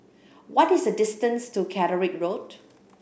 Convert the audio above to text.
what is the distance to Catterick Road